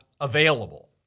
available